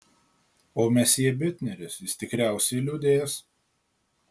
o mesjė bitneris jis tikriausiai liūdės